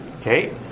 Okay